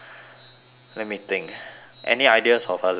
let me think any ideas of a lesser crime